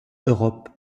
europe